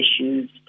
issues